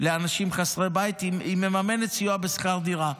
לאנשים חסרי בית, היא מממנת סיוע בשכר דירה.